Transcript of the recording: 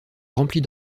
remplie